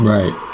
Right